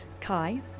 Kai